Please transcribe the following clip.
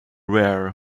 rare